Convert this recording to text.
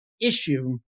issue